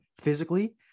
physically